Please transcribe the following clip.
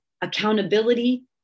accountability